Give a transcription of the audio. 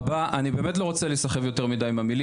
גם חברי הכנסת לפעמים מעוותים דברים.